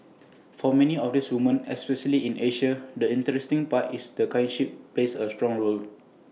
for many of these woman especially in Asia the interesting part is the kinship base A strong role